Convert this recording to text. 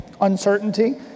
uncertainty